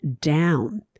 down